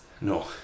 no